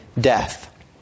death